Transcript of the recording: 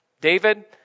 David